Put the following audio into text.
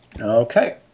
Okay